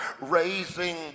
raising